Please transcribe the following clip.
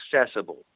accessible